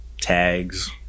tags